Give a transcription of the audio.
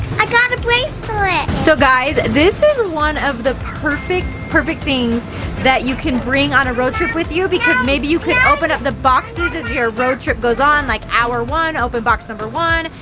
i got a bracelet. so guys, this is one of the perfect perfect things that you can bring on a road trip with you because maybe you could open up the boxes as your road trip goes on. like hour one, open box number one.